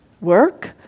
work